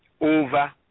over